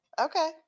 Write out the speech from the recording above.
okay